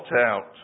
out